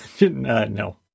No